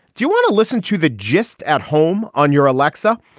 do you want to listen to the gist at home on your aleksa?